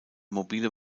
mobile